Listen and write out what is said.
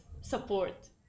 support